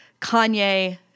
Kanye